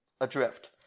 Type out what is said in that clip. Adrift